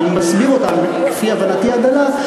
אבל אני מסביר אותם כפי הבנתי הדלה,